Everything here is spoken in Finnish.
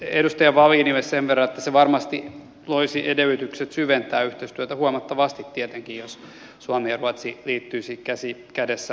edustaja wallinille sen verran että se varmasti loisi edellytykset syventää yhteistyötä huomattavasti tietenkin jos suomi ja ruotsi liittyisivät käsi kädessä natoon